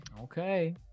Okay